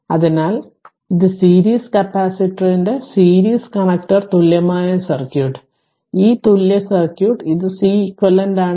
അതിനാൽ ഇത് സീരീസ് കപ്പാസിറ്ററിന്റെ സീരീസ് കണക്റ്റർ തുല്യമായ സർക്യൂട്ട് ഈ തുല്യ സർക്യൂട്ട് ഇത് Ceq ആണ്